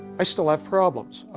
i still have problems